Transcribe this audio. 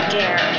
dare